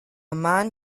man